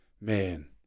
Man